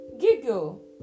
giggle